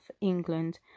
England